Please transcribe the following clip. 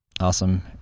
Awesome